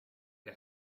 get